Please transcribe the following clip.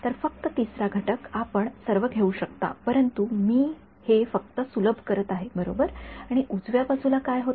तर फक्त तिसरा घटक आपण सर्व घेऊ शकता परंतु मी हे फक्त सुलभ करत आहे बरोबर आणि उजव्या बाजूला काय होते